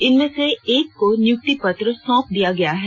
इनमें से एक को नियुक्ति पत्र सौंप दिया गया है